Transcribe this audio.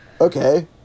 okay